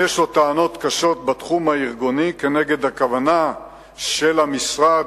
לו גם טענות קשות בתחום הארגוני כנגד הכוונה של המשרד,